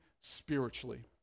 spiritually